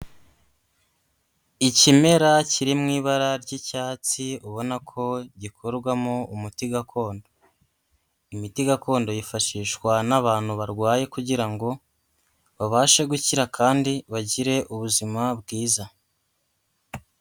Ikimera kiri mu ibara ry'icyatsi ubona ko gikorwamo umuti gakondo. Imiti gakondo yifashishwa n'abantu barwaye kugira ngo babashe gukira kandi bagire ubuzima bwiza.